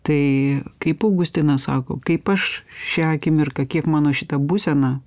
tai kaip augustinas sako kaip aš šią akimirką kiek mano šita būsena